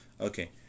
Okay